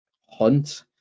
hunt